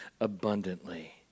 abundantly